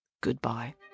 goodbye